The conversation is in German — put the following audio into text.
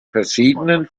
verschiedenen